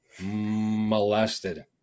molested